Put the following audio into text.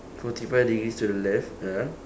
forty five degrees to the left ya